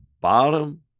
bottom